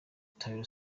taylor